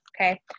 okay